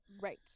Right